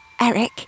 Eric